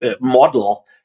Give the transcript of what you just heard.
model